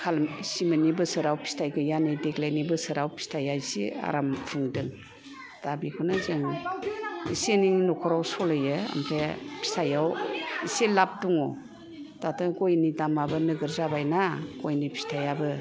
सिमोननि बोसोराव फिथाइ गैया नै देग्लायनि बोसोराव फिथाइया इसे आराम खुंदों दा बिखौनो जों इसे एनै नखराव सलियो ओमफ्राय फिथाइयाव इसे लाभ दङ दाथ' गयनि दामाबो नोगोद जाबायना गयनि फिथाइयाबो